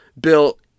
Bill